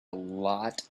lot